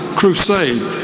crusade